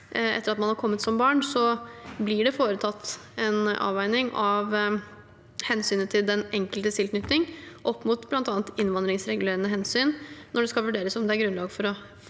etter at man har kommet som barn, blir det foretatt en avveining av hensynet til den enkeltes tilknytning opp mot bl.a. innvandringsregulerende hensyn når det skal vurderes om det er grunnlag for å gi